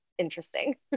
interesting